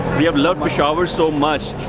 we have loved peshawars so much.